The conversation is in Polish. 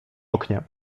oknie